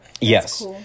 Yes